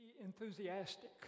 enthusiastic